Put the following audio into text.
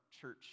church